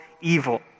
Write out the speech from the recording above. evil